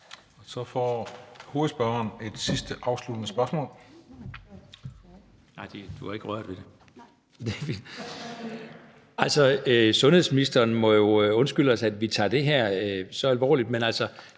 Så får hovedspørgeren et sidste afsluttende spørgsmål. Kl. 14:33 Kristian Thulesen Dahl (DF): Sundhedsministeren må jo undskylde os, at vi tager det her så alvorligt. Men man